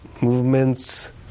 movements